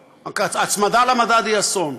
ההצמדה למדד היא אסון.